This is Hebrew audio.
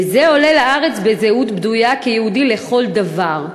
וזה עולה לארץ בזהות בדויה כיהודי לכל דבר.